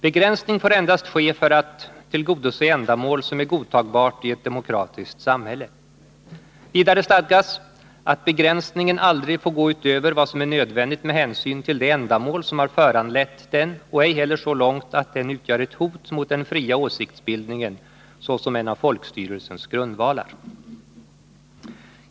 Begränsning får endast ske för att tillgodose ändamål som är godtagbart i ett demokratiskt samhälle”. Vidare stadgas att ”begränsningen aldrig får gå utöver vad som är nödvändigt med hänsyn till det ändamål som har föranlett den och ej heller så långt att den utgör ett hot mot den fria åsiktsbildningen såsom en av folkstyrelsens grundvalar”.